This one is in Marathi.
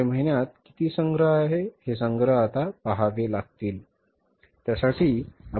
जुलै महिन्यात किती संग्रह आहेत हे संग्रह आता पाहावे लागतील